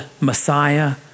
Messiah